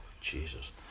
Jesus